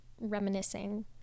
reminiscing